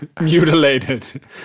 mutilated